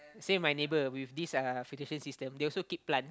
say my neighbour with this uh filtration system they also keep plants